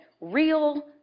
real